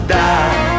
die